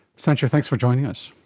sanchia, thanks for joining us.